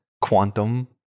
quantum